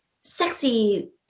sexy